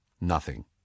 Nothing